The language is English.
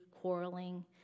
quarreling